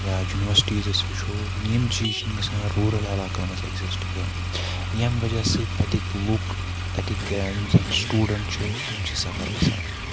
یا یونیورسٹیٖز أسۍ وٕچھو یِم چیٖز چھِنہٕ گَژھان روٗرَل علاقَن منٛز ایکزِسٹہٕ کینٛہہ ییٚمہِ وَجہ سۭتۍ تَتِکۍ لُکھ تَتِکۍ یِم زَن سِٹوٗڈَنٛٹ چھِ تِم چھِ سفَر گَژھان